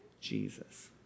Jesus